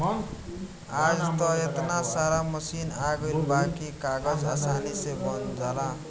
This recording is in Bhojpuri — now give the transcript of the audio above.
आज त एतना सारा मशीन आ गइल बा की कागज आसानी से बन जाला